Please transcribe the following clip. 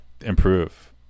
improve